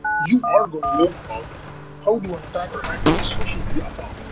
you are going to learn about how do an attacker hack any social media account?